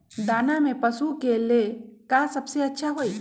दाना में पशु के ले का सबसे अच्छा होई?